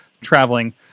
traveling